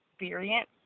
experience